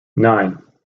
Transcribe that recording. nine